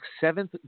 seventh